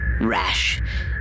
Rash